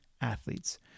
athletes